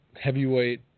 heavyweight